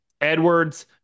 Edwards